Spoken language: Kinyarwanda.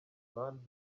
shaban